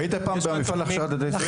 היית פעם במפעל להכשרת ילדי ישראל?